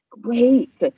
great